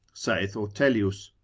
saith ortelius.